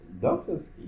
doctors